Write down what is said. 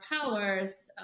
powers